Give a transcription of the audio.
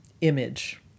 image